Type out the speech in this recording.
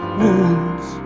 wounds